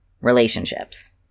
relationships